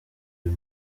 uyu